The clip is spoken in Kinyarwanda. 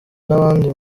n’abandi